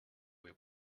või